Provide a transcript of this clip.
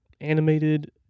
animated